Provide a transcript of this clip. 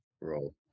role